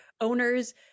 owners